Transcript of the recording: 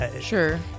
sure